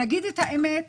נגיד את האמת,